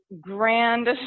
grand